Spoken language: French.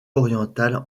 oriental